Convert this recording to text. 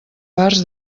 parts